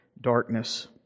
darkness